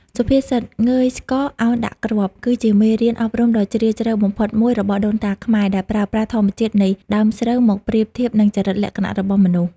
សុភាសិត «ងើយស្កក ឱនដាក់គ្រាប់» គឺជាមេរៀនអប់រំដ៏ជ្រាលជ្រៅបំផុតមួយរបស់ដូនតាខ្មែរ ដែលប្រើប្រាស់ធម្មជាតិនៃដើមស្រូវមកប្រៀបធៀបនឹងចរិតលក្ខណៈរបស់មនុស្ស។